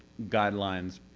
guidelines,